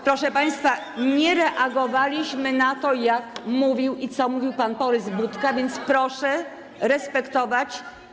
Proszę państwa, nie reagowaliśmy na to, jak mówił i co mówił pan Borys Budka, więc proszę respektować.